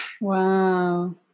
Wow